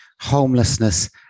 homelessness